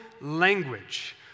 language